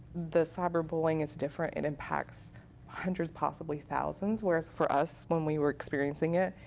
the cyberbullying is different. and impacts hundreds possibly thousands where, for us, when we were experiencing it,